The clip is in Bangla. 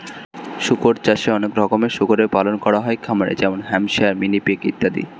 শুকর চাষে অনেক রকমের শুকরের পালন করা হয় খামারে যেমন হ্যাম্পশায়ার, মিনি পিগ ইত্যাদি